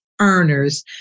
earners